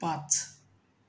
पाच